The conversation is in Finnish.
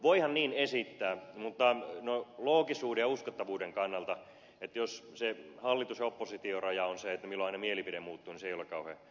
voihan niin esittää mutta loogisuuden ja uskottavuuden kannalta jos se hallituksen ja opposition raja on se milloin aina mielipide muuttuu se ei ole kauhean uskottavaa eikä luottamusta herättävää